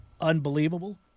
unbelievable